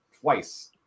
twice